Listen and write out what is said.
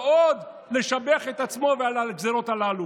ועוד לשבח את עצמו על הגזרות הללו.